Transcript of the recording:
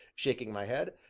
shaking my head,